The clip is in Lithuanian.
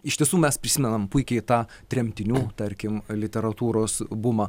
iš tiesų mes prisimenam puikiai tą tremtinių tarkim literatūros bumą